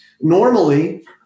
Normally